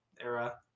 era